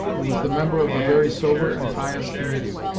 who was the member of a very sober and pious committee,